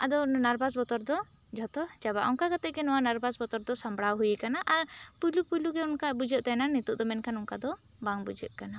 ᱟᱫᱚ ᱱᱟᱨᱵᱷᱟᱥ ᱵᱚᱛᱚᱨ ᱫᱚ ᱡᱷᱚᱛᱚ ᱪᱟᱵᱟᱜᱼᱟ ᱚᱱᱠᱟ ᱠᱟᱛᱮ ᱜᱮ ᱱᱚᱣᱟ ᱵᱟᱨᱵᱷᱟᱥ ᱵᱚᱛᱚᱨ ᱫᱚ ᱥᱟᱢᱵᱷᱲᱟᱣ ᱦᱩᱭ ᱟᱠᱟᱱᱟ ᱟᱨ ᱯᱩᱭᱞᱩ ᱯᱩᱭᱞᱩ ᱜᱮ ᱚᱱᱠᱟ ᱵᱩᱡᱷᱟᱹᱜ ᱛᱟᱦᱮᱱᱟ ᱱᱤᱛᱚᱜ ᱫᱚ ᱢᱮᱱᱠᱷᱟᱱ ᱚᱱᱠᱟ ᱫᱚ ᱵᱟᱝ ᱵᱩᱡᱷᱟᱹᱜ ᱠᱟᱱᱟ